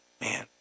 Man